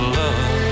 love